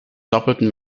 doppelten